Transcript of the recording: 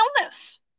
illness